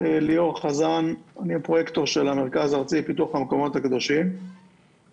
אני רוצה להציג את נקודת המבט של המקומות הקדושים לנושא